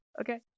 okay